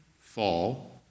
fall